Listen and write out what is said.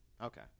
Okay